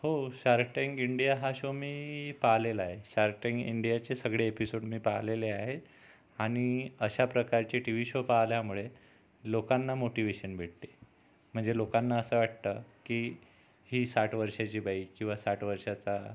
हो shark tank India हा show मी पाहिलेला आहे शार्क टँक इंडियाचे सगळे एपिसोड मी पाहलेले आहे आणि अशा प्रकारचे टी व्ही शो पाहिल्यामुळे लोकांना मोटिवेशन भेटते म्हणजे लोकांना असं वाटतं की ही साठ वर्षाची बाई किंवा साठ वर्षाचा